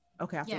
Okay